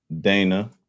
Dana